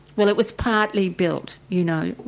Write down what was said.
well it was partly built, you know,